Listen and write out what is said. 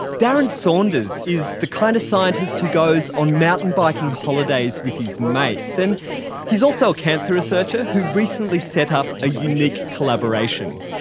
darren saunders is the kind of scientist who goes on mountain biking holidays with his mates, and he is also a cancer researcher who recently set up a unique collaboration.